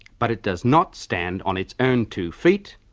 but it does not stand on its own two feet,